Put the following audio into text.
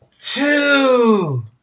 two